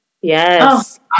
yes